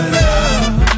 love